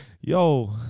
Yo